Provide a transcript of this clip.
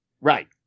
Right